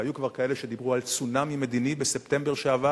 והיו כבר כאלה שדיברו על צונאמי מדיני בספטמבר שעבר.